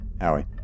Howie